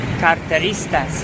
carteristas